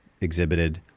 exhibited